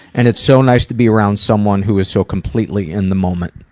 and it's so nice to be around someone who is so completely in the moment.